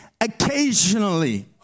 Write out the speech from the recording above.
Occasionally